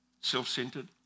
self-centered